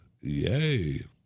Yay